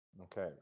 Okay